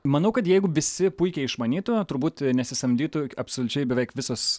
manau kad jeigu visi puikiai išmanytų turbūt nesisamdytų absoliučiai beveik visos